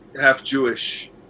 half-Jewish